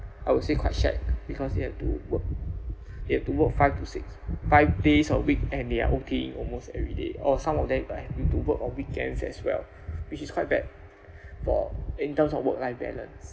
I would say quite shag because you have to work you have to work five to six five days a week and they are O_T ~ ing almost everyday or some of them will have to work on weekends as well which is quite bad for in terms of work life balance